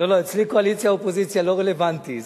לא, אצלי קואליציה אופוזיציה לא רלוונטי.